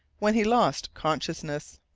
when he lost consciousness.